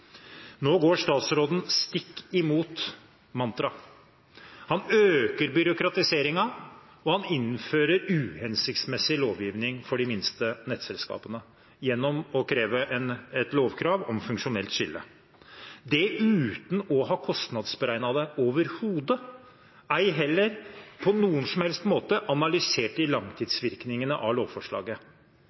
Nå går statsråden stikk imot mantraet; han øker byråkratiseringen, og han innfører uhensiktsmessig lovgivning for de minste nettselskapene gjennom et lovkrav om funksjonelt skille – og det uten å ha kostnadsberegnet det overhodet, ei heller på noen som helst måte analysert langtidsvirkningene av lovforslaget.